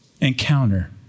encounter